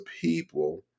people